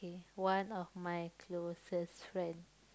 K one of my closest friend